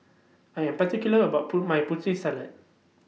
I Am particular about My Putri Salad